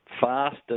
faster